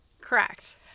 Correct